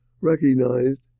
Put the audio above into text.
recognized